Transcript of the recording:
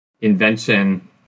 invention